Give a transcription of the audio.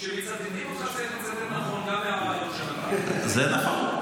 כשמצטטים אותך, צריך לצטט נכון --- זה נכון.